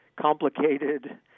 complicated